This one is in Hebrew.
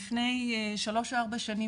לפני 3 או 4 שנים,